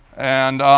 and